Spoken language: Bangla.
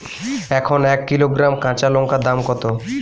এখন এক কিলোগ্রাম কাঁচা লঙ্কার দাম কত?